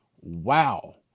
Wow